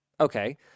Okay